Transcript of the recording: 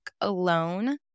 alone